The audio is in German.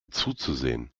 zuzusehen